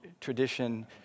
tradition